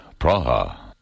Praha